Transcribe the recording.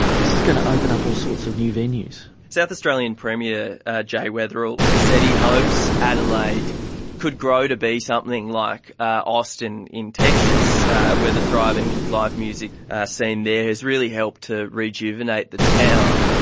this is going to open up all sorts of new venues. south australian premier jay weatherill has said he hopes adelaide could grow to be something like austin in texas where the thriving live music scene there has really helped to rejuvenate the town.